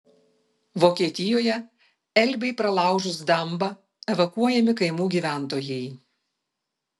vokietijoje elbei pralaužus dambą evakuojami kaimų gyventojai